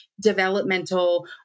developmental